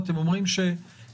אתם אומרים שכוונתכם,